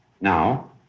Now